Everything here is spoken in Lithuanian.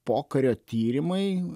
pokario tyrimai